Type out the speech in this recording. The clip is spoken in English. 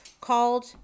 called